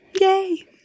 Yay